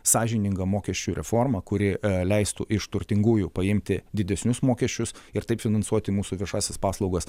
sąžininga mokesčių reforma kuri leistų iš turtingųjų paimti didesnius mokesčius ir taip finansuoti mūsų viešąsias paslaugas